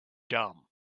dumb